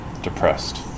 depressed